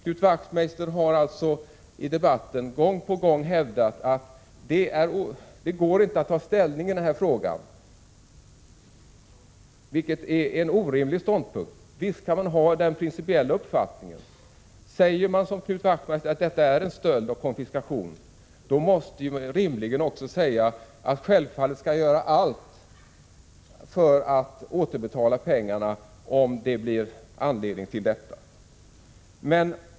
Knut Wachtmeister har i debatten gång på gång hävdat att det inte går att ta ställning i denna fråga. Det är en orimlig ståndpunkt. Visst kan man ha en principiell uppfattning. Säger man som Knut Wachtmeister att detta är en 33 stöld och en konfiskation måste man också rimligen säga att man självfallet skall göra allt för att återbetala pengarna om det blir anledning till detta.